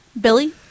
Billy